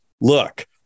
look